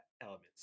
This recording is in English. Elements